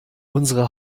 unsere